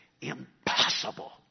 impossible